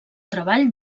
treball